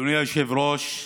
אדוני היושב-ראש,